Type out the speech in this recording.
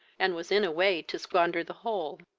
and was in a way to squander the whole.